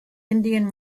indian